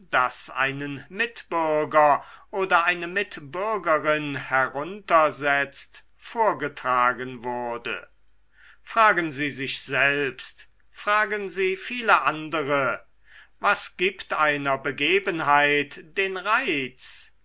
das einen mitbürger oder eine mitbürgerin heruntersetzt vorgetragen wurde fragen sie sich selbst und fragen sie viele andere was gibt einer begebenheit den reiz